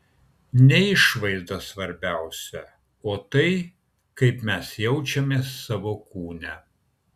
ne išvaizda svarbiausia o tai kaip mes jaučiamės savo kūne